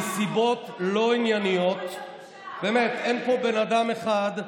מסיבות לא ענייניות, באמת, אין פה בן אדם אחד,